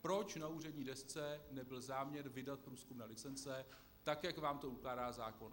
Proč na úřední desce nebyl záměr vydat průzkumné licence, tak jak vám to ukládá zákon?